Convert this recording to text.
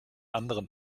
anderen